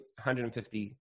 150